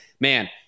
man